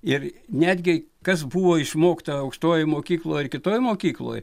ir netgi kas buvo išmokta aukštojoj mokykloj ar kitoj mokykloj